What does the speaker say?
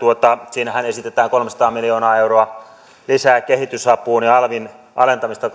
siinähän esitetään kolmesataa miljoonaa euroa lisää kehitysapuun ja alvin alentamista